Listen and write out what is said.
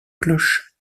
cloche